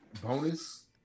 Bonus